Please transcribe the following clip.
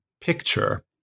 picture